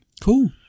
Cool